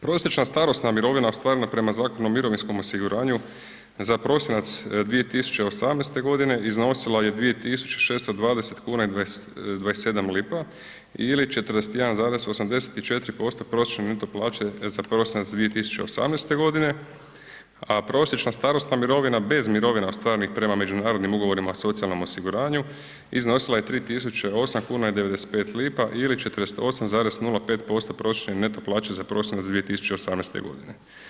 Prosječna starosna mirovina ostvarena prema Zakonu o mirovinskom osiguranju za prosinac 2018. godine iznosila je 2.620,27 lipa ili 41,84% prosječne neto plaće za prosinac 2018. godine, a prosječna starosna mirovina bez mirovina ostvarenih prema međunarodnim ugovorima o socijalnom osiguranju iznosila je 3.008,95 lipa ili 48,05% prosječne neto plaće za prosinac 2018. godine.